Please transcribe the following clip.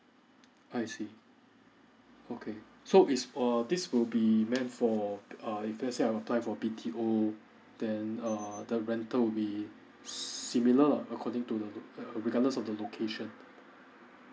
I see okay so is err this will be meant for err if let's say I apply for B_T_O then uh the rental will be similar according to the uh regardless of the location